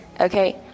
okay